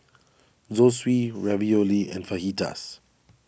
Zosui Ravioli and Fajitas